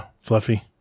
Fluffy